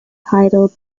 titled